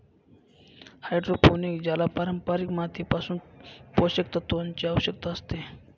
hydroponic ज्याला पारंपारिक मातीपासून पोषक तत्वांची आवश्यकता असते